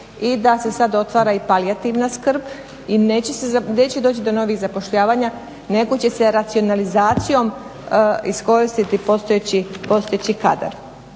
i da se sada otvara i palijativna skrb i neće doći do novih zapošljavanja nego će se racionalizacijom iskoristiti postojeći kadar.